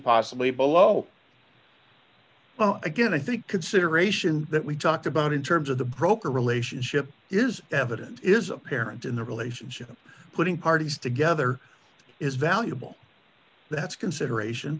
possibly below again i think consideration that we talked about in terms of the broker relationship is evident is apparent in the relationship i'm putting parties together is valuable that's consideration